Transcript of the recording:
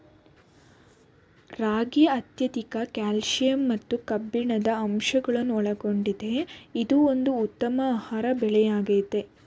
ರಾಗಿ ಅತ್ಯಧಿಕ ಕ್ಯಾಲ್ಸಿಯಂ ಮತ್ತು ಕಬ್ಬಿಣದ ಅಂಶಗಳನ್ನೊಳಗೊಂಡಿದೆ ಇದು ಒಂದು ಉತ್ತಮ ಆಹಾರ ಬೆಳೆಯಾಗಯ್ತೆ